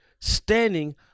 standing